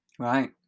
right